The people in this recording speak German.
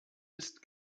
ist